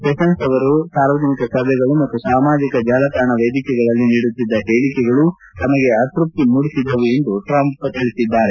sessions ಅವರು ಸಾರ್ವಜನಿಕ ಸಭೆಗಳು ಮತ್ತು ಸಾಮಾಜಿಕ ಜಾಲತಾಣ ವೇದಿಕೆಗಳಲ್ಲಿ ನೀಡುತ್ತಿದ್ದ ಹೇಳಿಕೆಗಳು ತಮಗೆ ಅತೃಪ್ತಿ ಮೂಡಿಸಿದ್ದವು ಎಂದು ಟ್ರಂಪ್ ತಿಳಿಸಿದ್ದಾರೆ